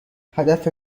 هدف